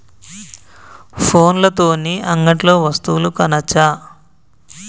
ఫోన్ల తోని అంగట్లో వస్తువులు కొనచ్చా?